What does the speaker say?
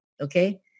Okay